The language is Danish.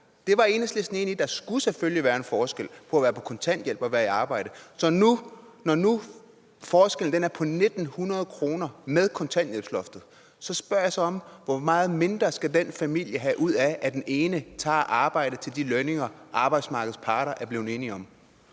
Det var Enhedslisten enige i: Der skulle selvfølgelig være en forskel på at være på kontanthjælp og at være i arbejde. Så når nu forskellen er på 1.900 kr. med kontanthjælpsloftet, spørger jeg om, hvor meget mindre den familie skal have ud af, at den ene tager arbejde til de lønninger, arbejdsmarkedets parter er blevet enige om.